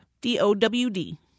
D-O-W-D